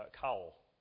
cowl